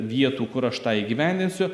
vietų kur aš tą įgyvendinsiu